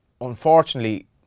unfortunately